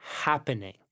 happening